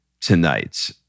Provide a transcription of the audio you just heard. tonight